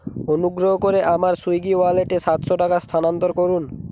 অনুগ্রহ করে আমার সুইগি ওয়ালেটে সাতশো টাকা স্থানান্তর করুন